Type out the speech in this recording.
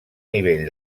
nivell